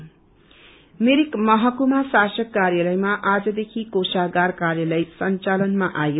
मिरिक मिरिक महकुमा शासक कार्यालयमा आजदेखि कोषागार कार्यालय संचालनमा आयो